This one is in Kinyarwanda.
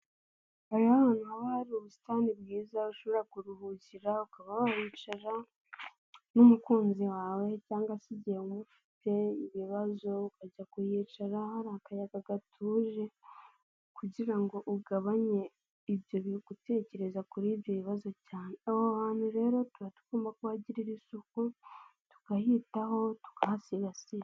Hari ahantu haba hari ubusitani bwiza ushobora kuruhukira ukaba wa hicara n'umukunzi wawe cyangwa se igihe ufite ibibazo ukajya kuhicara hari akayaga hatuje kugira ngo ugabanye ibyo uri gutekereza kuri ibyo bibazo cyane, aho hantu rero tuba tugomba kuhagirira isuku tukahitaho tukahasigasira.